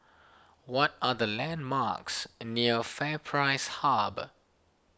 what are the landmarks near FairPrice Hub